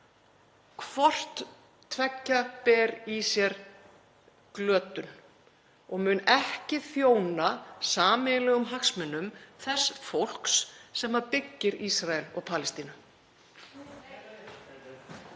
hvort tveggja ber í sér glötun og mun ekki þjóna sameiginlegum hagsmunum þess fólks sem byggir Ísrael og Palestínu.